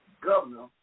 governor